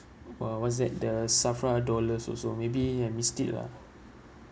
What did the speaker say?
what was it the SAFRA dollars also maybe you missed it lah